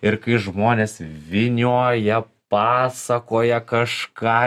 ir kai žmonės vynioja pasakoja kažką